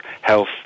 health